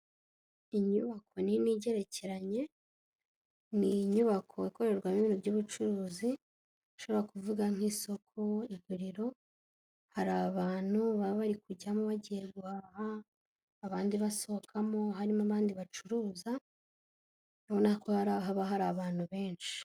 Inyubako nini igerekeranye ni nyubako ikorerwamo ibintu by'ubucuruzi ushobora kuvuga nk'isoko iguriro hari abantu baba bari kujyamo bagiye abandi basohokamo harimo abandi bacuruza ubona ko hari haba hari abantu benshi.